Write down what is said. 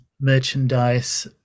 merchandise